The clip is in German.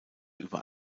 über